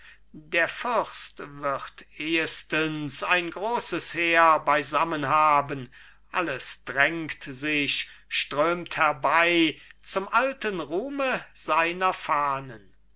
der fürst wird ehestens ein großes heer beisammenhaben alles drängt sich strömt herbei zum alten ruhme seiner fahnen